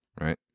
right